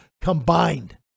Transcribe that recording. combined